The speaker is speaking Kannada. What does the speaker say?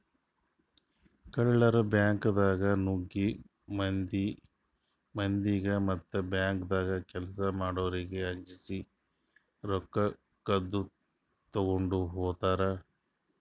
ಕಳ್ಳರ್ ಬ್ಯಾಂಕ್ದಾಗ್ ನುಗ್ಗಿ ಮಂದಿಗ್ ಮತ್ತ್ ಬ್ಯಾಂಕ್ದಾಗ್ ಕೆಲ್ಸ್ ಮಾಡೋರಿಗ್ ಅಂಜಸಿ ರೊಕ್ಕ ಕದ್ದ್ ತಗೊಂಡ್ ಹೋತರ್